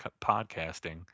podcasting